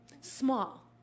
Small